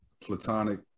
platonic